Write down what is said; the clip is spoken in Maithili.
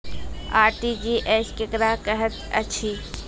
आर.टी.जी.एस केकरा कहैत अछि?